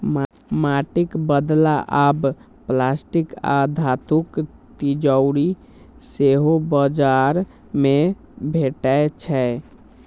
माटिक बदला आब प्लास्टिक आ धातुक तिजौरी सेहो बाजार मे भेटै छै